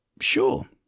Sure